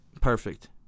perfect